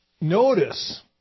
Notice